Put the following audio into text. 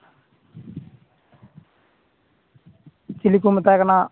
ᱪᱤᱞᱤᱠᱚ ᱢᱮᱛᱟᱭ ᱠᱟᱱᱟ